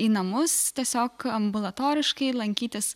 į namus tiesiog ambulatoriškai lankytis